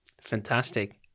Fantastic